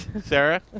Sarah